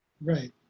Right